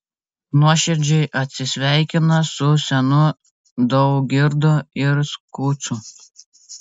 nuoširdžiai atsisveikina su senu daugirdu ir skuču